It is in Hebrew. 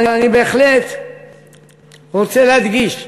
אני רוצה להדגיש,